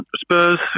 Spurs